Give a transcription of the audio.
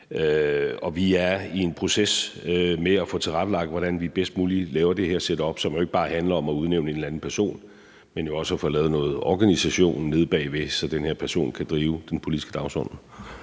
Vi er i en proces med at få tilrettelagt, hvordan vi bedst muligt laver det her setup, som jo ikke bare handler om at udnævne en eller anden person, men jo også at få lavet noget organisation nede bagved, så den her person kan drive den politiske dagsorden.